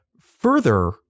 further